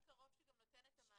מוסד קרוב שגם נותן את המענה?